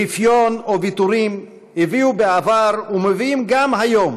רפיון או ויתורים הביאו בעבר ומביאים גם היום